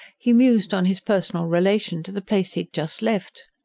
he mused on his personal relation to the place he had just left.